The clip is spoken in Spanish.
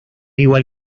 igual